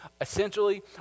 Essentially